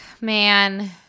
man